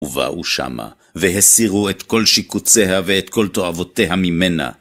ובאו שמה, והסירו את כל שיקוציה ואת כל תועבותיה ממנה.